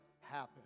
happen